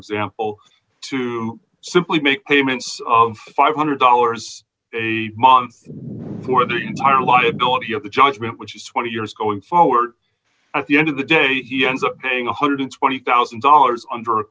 example to simply make payments five hundred dollars a month for the entire liability of the judgment which is twenty years going forward at the end of the day he ends up paying one hundred and twenty thousand dollars